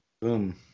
Boom